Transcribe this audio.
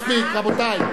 טוב, מספיק, רבותי.